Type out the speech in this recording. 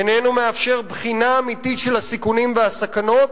איננו מאפשר בחינה אמיתית של הסיכונים והסכנות